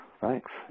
Thanks